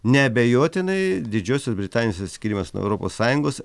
neabejotinai didžiosios britanijos atsiskyrimas nuo europos sąjungos